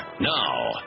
Now